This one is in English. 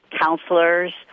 counselors